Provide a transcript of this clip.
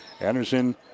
Anderson